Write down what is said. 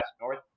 north